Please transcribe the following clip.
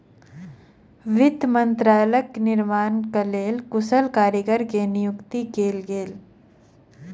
वित्त मंत्रालयक निर्माणक लेल कुशल कारीगर के नियुक्ति कयल गेल